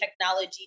technology